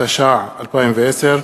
התש"ע 2010,